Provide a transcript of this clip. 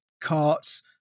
carts